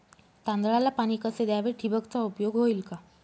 तांदळाला पाणी कसे द्यावे? ठिबकचा उपयोग होईल का?